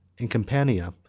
in campania,